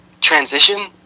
transition